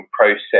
process